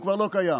הוא כבר לא קיים.